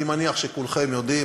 אני מניח שכולכם יודעים,